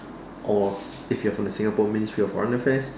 or if you're from the Singapore ministry of foreign affairs